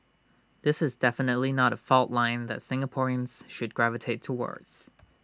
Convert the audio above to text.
this is definitely not A fault line that Singaporeans should gravitate towards